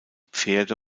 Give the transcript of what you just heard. pferde